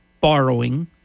borrowing